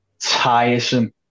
tiresome